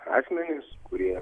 asmenys kurie